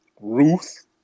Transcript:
Ruth